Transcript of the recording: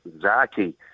Zaki